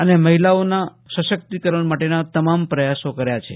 અને મહિલાઓના સશક્તિકરણ માટેના તમામ પ્રયાસો કર્યા છે